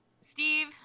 Steve